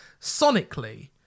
sonically